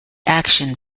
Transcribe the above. action